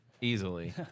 easily